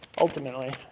Ultimately